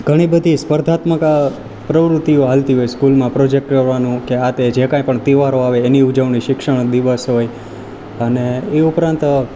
ઘણીબધી સ્પર્ધાત્મક પ્રવૃતિઓ ચાલતી હોય સ્કુલમાં પ્રોજેક્ટ કરવાનું કે આતે જે કાંઈ પણ તહેવારો આવે એની ઉજવણી શિક્ષણ દિવસ હોય અને એ ઉપરાંત